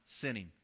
sinning